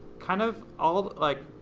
kind of all, like,